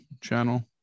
channel